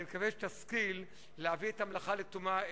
אני מקווה שתשכיל להביא את המלאכה לתומה.